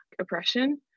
oppression